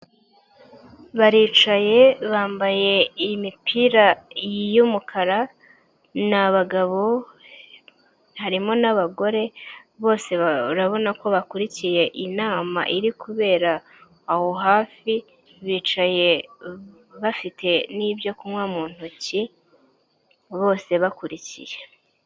Baricaye bambaye imipira y'umukara ni abagabo harimo n'abagore bose urabona ko bakurikiye inama iri kubera aho hafi bicaye bafite n'ibyo kunywa mu ntoki bose bakurikiye.